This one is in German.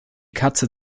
katze